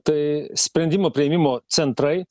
tai sprendimų priėmimo centrai